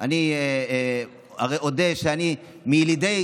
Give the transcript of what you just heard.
אודה שאני מילידי